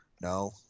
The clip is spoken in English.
No